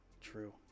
True